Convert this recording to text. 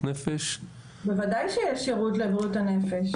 נפש --- בוודאי שיש שירות לבריאות הנפש.